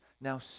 now